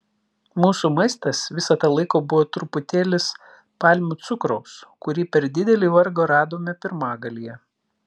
mūsų maistas visą tą laiką buvo truputėlis palmių cukraus kurį per didelį vargą radome pirmagalyje